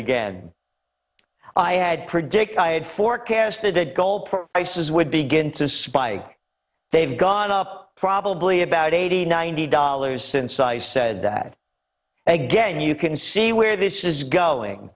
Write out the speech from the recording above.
again i had predict i had forecasted that gold for isis would begin to spike they've gone up probably about eighty ninety dollars since i said that and again you can see where this is going